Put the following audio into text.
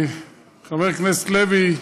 חבר הכנסת לוי,